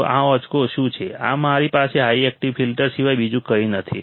તો આ આંકડો શું છે આ મારું હાઈ પાસ એક્ટિવ ફિલ્ટર સિવાય બીજું કંઈ નથી